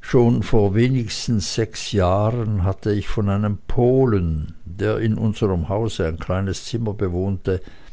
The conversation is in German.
schon vor wenigstens sechs jahren hatte ich von einem polen der in unserm hause ein kleines zimmer bewohnte